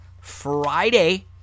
Friday